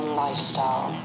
lifestyle